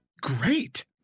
great